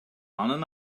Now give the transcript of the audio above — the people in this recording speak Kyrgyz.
анын